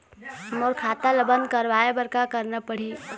मोर खाता ला बंद करवाए बर का करना पड़ही?